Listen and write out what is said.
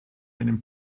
einem